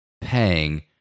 paying